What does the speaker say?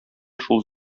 шул